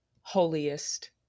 holiest